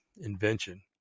invention